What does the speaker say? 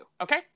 Okay